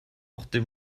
portez